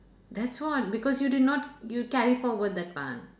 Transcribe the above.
that's why because you did not you carry forward that one